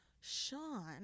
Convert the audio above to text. Sean